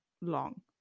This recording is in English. long